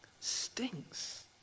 Stinks